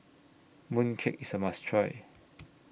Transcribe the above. Mooncake IS A must Try